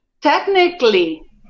technically